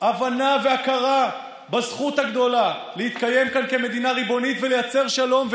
הבנה והכרה בזכות הגדולה להתקיים כאן כמדינה ריבונית ולייצר שלום,